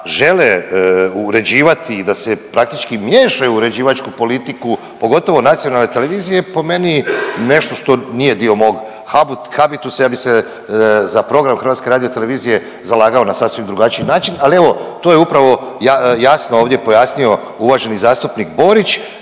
žele uređivati i da se praktički miješaju u uređivačku politiku, pogotovo nacionalne televizije, o meni nešto što nije dio mog .../nerazumljivo/... habitusa, ja bi se za program HRT-a zalagao na sasvim drugačiji način, ali evo, to je upravo jasno ovdje pojasnio uvaženi zastupnik Borić